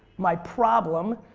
my problem,